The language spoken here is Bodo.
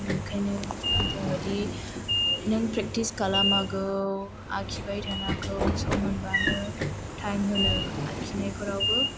ओंखायनो आं बुङोदि नों प्रेक्टिस खालामनांगौ आखिबाय थानांगौ सम मोनबानो टाइम होनो आखिनायफोरावबो